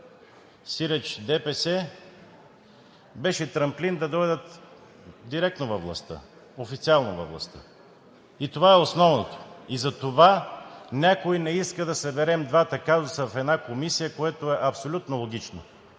сиреч ДПС, беше трамплин да дойдат директно във властта, официално във властта. Това е основното. Затова някой не иска да съберем двата казуса в една комисия, което е абсолютно логично,